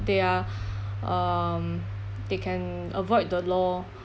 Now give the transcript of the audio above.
they are um they can avoid the law